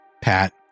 Pat